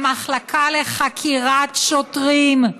המחלקה לחקירת שוטרים,